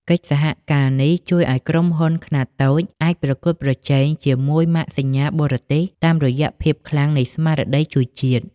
កិច្ចសហការនេះជួយឱ្យក្រុមហ៊ុនខ្នាតតូចអាចប្រកួតប្រជែងជាមួយម៉ាកសញ្ញាបរទេស តាមរយៈភាពខ្លាំងនៃស្មារតីជួយជាតិ។